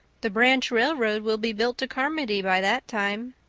the branch railroad will be built to carmody by that time.